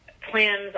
plans